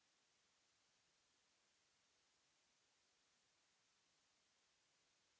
...